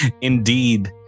indeed